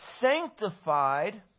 sanctified